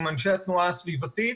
עם אנשי התנועה הסביבתית,